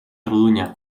rodonyà